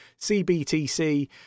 CBTC